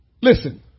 listen